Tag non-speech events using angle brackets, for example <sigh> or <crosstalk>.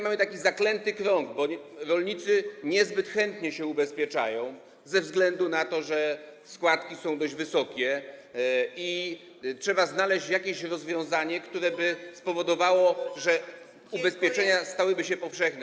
Mamy taki zaklęty krąg, bo rolnicy niezbyt chętnie się ubezpieczają ze względu na to, że składki są dosyć wysokie, i trzeba znaleźć jakieś rozwiązanie, które by <noise> spowodowało, że ubezpieczenia stałyby się powszechne.